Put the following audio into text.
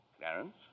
Clarence